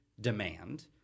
demand